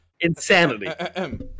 Insanity